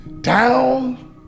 down